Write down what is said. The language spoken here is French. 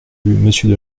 monsieur